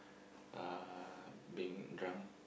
uh being drunk